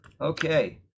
Okay